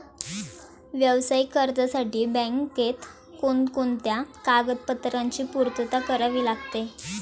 व्यावसायिक कर्जासाठी बँकेत कोणकोणत्या कागदपत्रांची पूर्तता करावी लागते?